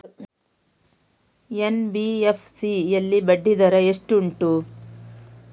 NBFC ಯಲ್ಲಿ ಬಡ್ಡಿ ದರ ಎಷ್ಟು ಉಂಟು?